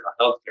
healthcare